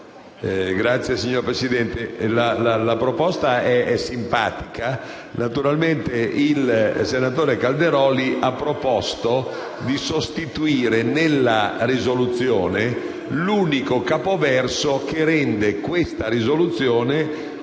finanze*. Signor Presidente, la proposta è simpatica. Naturalmente il senatore Calderoli ha proposto di sostituire nella risoluzione l'unico capoverso che rende questa risoluzione